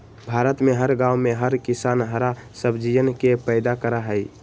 भारत में हर गांव में हर किसान हरा सब्जियन के पैदा करा हई